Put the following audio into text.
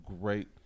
great